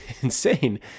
insane